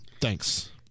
Thanks